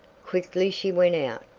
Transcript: quickly she went out,